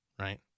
right